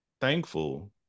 thankful